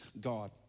God